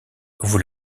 vous